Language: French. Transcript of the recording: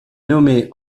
nommé